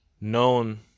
known